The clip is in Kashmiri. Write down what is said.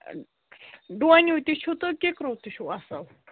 ڈۄنِیٛوٗ تہِ چھُ تہٕ کِکرو تہِ چھُو اَصٕل